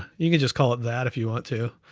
you can just call it that if you want to,